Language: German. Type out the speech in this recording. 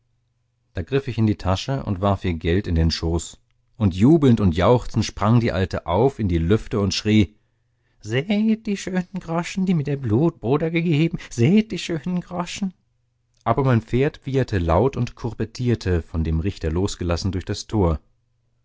da griff ich in die tasche und warf ihr geld in den schoß und jubelnd und jauchzend sprang die alte auf in die lüfte und schrie seht die schönen groschen die mir der blutbruder gegeben seht die schönen groschen aber mein pferd wieherte laut und kurbettierte von dem richter losgelassen durch das tor